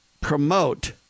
promote